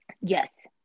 Yes